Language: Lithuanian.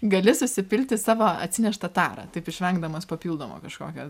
gali susipilti į savo atsineštą tarą taip išvengdamas papildomo kažkokio